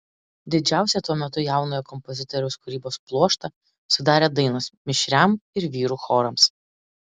didžiausią tuo metu jaunojo kompozitoriaus kūrybos pluoštą sudarė dainos mišriam ir vyrų chorams